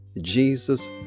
Jesus